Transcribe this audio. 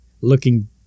looking